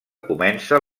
comença